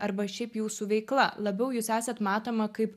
arba šiaip jūsų veikla labiau jūs esat matoma kaip